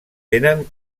tenen